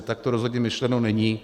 Tak to rozhodně myšleno není.